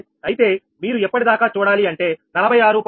అయితే మీరు ఎప్పుడు దాకా చూడాలి అంటే 46